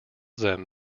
them